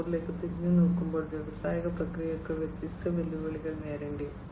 0 ലേക്ക് തിരിഞ്ഞുനോക്കുമ്പോൾ വ്യാവസായിക പ്രക്രിയകൾക്ക് വ്യത്യസ്ത വെല്ലുവിളികൾ നേരിടേണ്ടിവരും